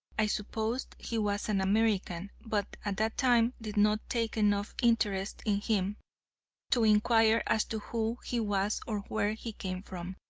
i supposed he was an american, but at that time did not take enough interest in him to inquire as to who he was or where he came from.